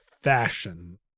fashion